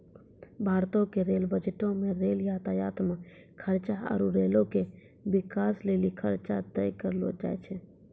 भारतो के रेल बजटो मे रेल यातायात मे खर्चा आरु रेलो के बिकास लेली खर्चा तय करलो जाय छै